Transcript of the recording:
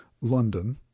London